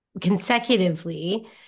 consecutively